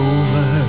over